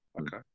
okay